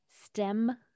stem